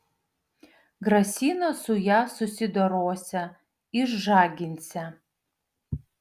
grasino su ja susidorosią išžaginsią